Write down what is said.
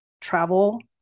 travel